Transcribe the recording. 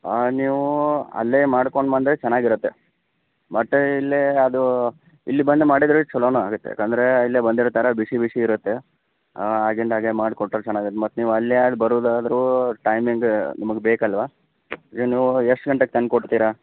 ನೀವು ಅಲ್ಲೇ ಮಾಡಿಕೊಂಡು ಬಂದರೆ ಚೆನ್ನಾಗಿರತ್ತೆ ಮತ್ತು ಇಲ್ಲೇ ಅದು ಇಲ್ಲಿ ಬಂದು ಮಾಡಿದರೂ ಛಲೋನೇ ಆಗತ್ತೆ ಯಾಕೆಂದರೆ ಇಲ್ಲೇ ಬಂದಿರ್ತಾರೆ ಬಿಸಿ ಬಿಸಿ ಇರತ್ತೆ ಆಗಿಂದಾಗ್ಗೆ ಮಾಡಿಕೊಟ್ಟರೆ ಚೆನ್ನಾಗಿರುತ್ತೆ ಮತ್ತು ನೀವು ಅಲ್ಲೇ ಬರುವುದಾದ್ರು ಟೈಮಿಂಗ್ ನಿಮಗೆ ಬೇಕಲ್ವಾ ನೀವು ಎಷ್ಟು ಗಂಟೆಗೆ ತಂದುಕೊಡ್ತೀರಾ